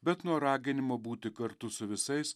bet nuo raginimo būti kartu su visais